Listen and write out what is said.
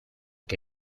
que